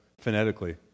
phonetically